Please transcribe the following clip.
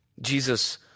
Jesus